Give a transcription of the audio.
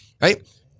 right